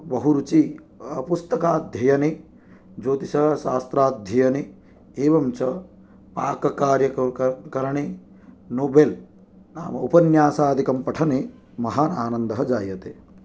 बहुरुचि पुस्तकाध्ययने ज्योतिषशास्त्राध्ययने एवं च पाककार्य करणे नोवेल् नाम उपन्यासादिकं पठने महान् आनन्दः जायते